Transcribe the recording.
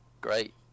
Great